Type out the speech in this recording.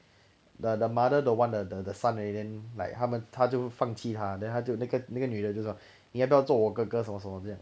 the the mother don't want the the son already then like 他们他就放弃他 then 他就那个那个女的就说你要不要做我的哥哥什么什么这样